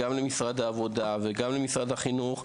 גם למשרד העבודה וגם למשרד החינוך,